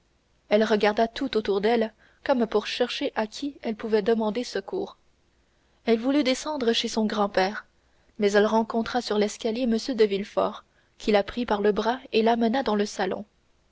elle regarda tout autour d'elle comme pour chercher à qui elle pouvait demander secours elle voulut descendre chez son grand-père mais elle rencontra sur l'escalier m de villefort qui la prit par le bras et l'amena dans le salon